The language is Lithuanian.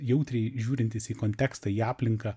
jautriai žiūrintys į kontekstą į aplinką